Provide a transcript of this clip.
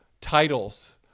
titles